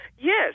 Yes